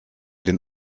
den